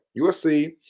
USC